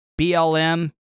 BLM